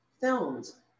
films